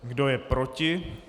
Kdo je proti?